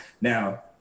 Now